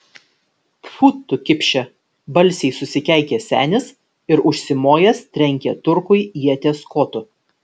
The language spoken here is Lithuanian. tfu tu kipše balsiai susikeikė senis ir užsimojęs trenkė turkui ieties kotu